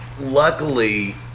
luckily